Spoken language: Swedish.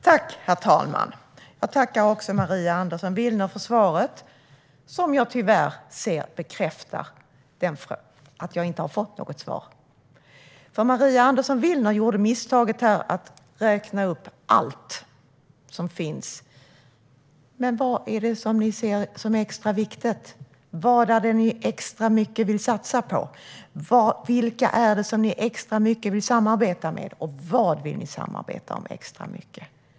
Herr ålderspresident! Jag tackar Maria Andersson Willner för svaret, som tyvärr bekräftar att jag inte har fått något svar, för Maria Andersson Willner gjorde misstaget att räkna upp allt som finns. Men vad är det ni ser som extra viktigt? Vad är det som ni extra mycket vill satsa på? Vilka är det som ni extra mycket vill samarbeta med, och om vad vill ni samarbeta extra mycket?